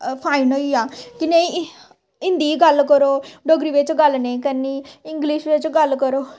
fine होई गेआ कि नेईं हिन्दी च गल्ल करो डोगरी बिच्च गल्ल नेईं करनी इंग्लिश बिच्च गल्ल करो